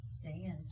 Stand